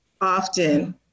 Often